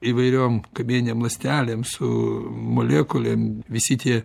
įvairiom kamieninėm ląstelėm su molekulėm visi tie